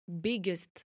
biggest